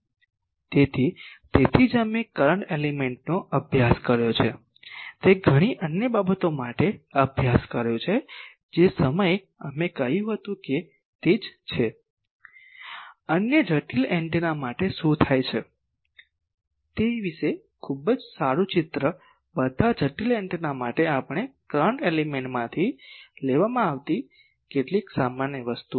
તેથી તેથી જ અમે કરંટ એલિમેન્ટનો અભ્યાસ કર્યો છે તે ઘણી અન્ય બાબતો માટે અભ્યાસ કર્યો છે જે સમયે અમે કહ્યું હતું કે તે જ છે અન્ય જટિલ એન્ટેના માટે શું થાય છે તે વિશે ખૂબ જ સારું ચિત્ર બધા જટિલ એન્ટેના માટે આપણે કરંટ એલિમેન્ટમાંથી લેવામાં આવેલી કેટલીક સામાન્ય વસ્તુઓ છે